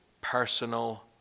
personal